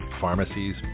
pharmacies